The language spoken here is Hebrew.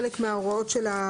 חלק מההוראות של,